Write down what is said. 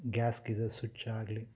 gas geyser ಸ್ವಿಚ್ಚಾಗಲಿ